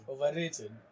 Overrated